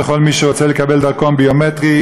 וכל מי שרוצה לקבל דרכון ביומטרי,